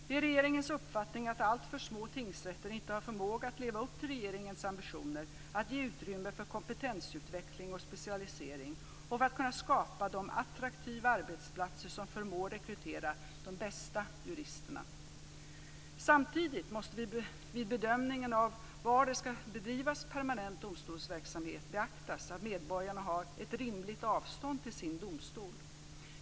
Det är regeringens uppfattning att alltför små tingsrätter inte har förmåga att leva upp till regeringens ambitioner att ge utrymme för kompetensutveckling och specialisering och för att kunna skapa de attraktiva arbetsplatser som förmår rekrytera de bästa juristerna. Samtidigt måste vid bedömningen av var det ska bedrivas permanent domstolsverksamhet beaktas att medborgarna har ett rimligt avstånd till sin domstol.